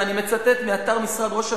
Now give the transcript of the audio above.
ואני מצטט מאתר משרד ראש הממשלה,